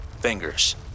fingers